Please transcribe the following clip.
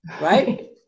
right